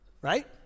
right